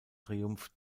triumph